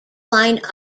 line